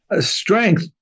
strength